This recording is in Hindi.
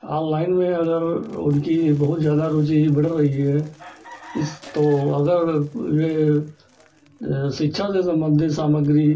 ऑनलाइन में अगर उनकी बहुत ज़्यादा रुचि बढ़ रही है इस तो अगर यह शिक्षा से सम्बन्धित सामग्री